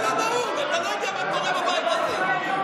מה לא נהוג?